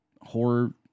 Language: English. horror